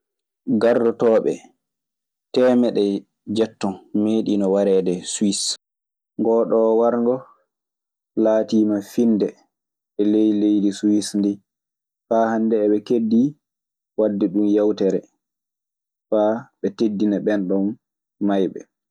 Gardoɗoɓɗe temeeɗe dietone meɗinon warede Swis. Ngooɗoo warngo laatiima finnde ley leydi Swis ndii. Faa haande eɓe keddii waɗde ɗun yawtere, faa ɓe teddina ɓeenɗon maayɓe.